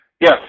Yes